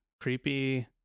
creepy